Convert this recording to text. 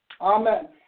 Amen